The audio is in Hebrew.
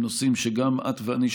הם נושאים שגם את ואני,